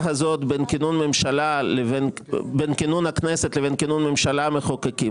הזאת בין כינון הכנסת לבין כינון ממשלה מחוקקים,